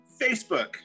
Facebook